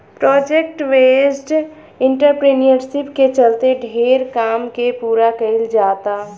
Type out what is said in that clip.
project based entrepreneurship के चलते ढेरे काम के पूरा कईल जाता